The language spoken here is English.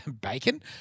Bacon